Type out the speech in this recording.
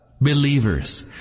Believers